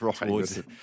Right